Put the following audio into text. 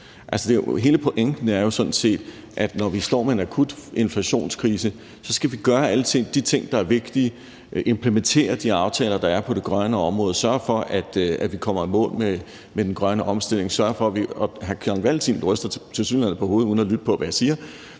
er jo sådan set, at når vi står med en akut inflationskrise, skal vi gøre de ting, der er vigtige, altså implementere de aftaler, der er på det grønne område, sørge for, at vi kommer i mål med den grønne omstilling – og hr. Carl Valentin ryster tilsyneladende på hovedet uden at lytte til, hvad jeg siger.